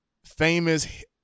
famous